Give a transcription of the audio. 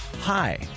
hi